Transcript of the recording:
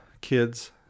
kids